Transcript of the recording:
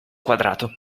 quadrato